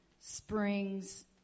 springs